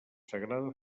sagrada